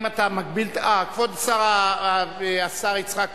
כבוד השר יצחק כהן,